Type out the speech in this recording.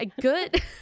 Good